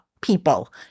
people